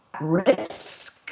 risk